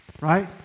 right